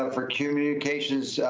ah for communications,